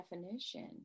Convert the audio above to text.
definition